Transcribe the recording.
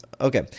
Okay